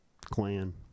clan